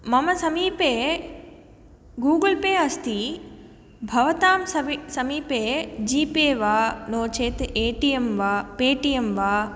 मम समीपे Google pay अस्ति भवतां समीपे जी पे वा नो चेत् ए टी एम् वा पे टी एम् वा